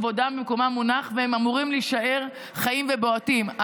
כבודם במקומם מונח והם אמורים להישאר חיים ובועטים,